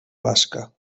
basca